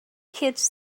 kids